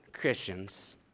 Christians